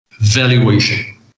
valuation